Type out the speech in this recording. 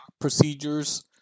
procedures